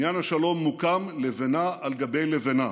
בניין השלום מוקם לבנה על גבי לבנה,